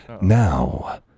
now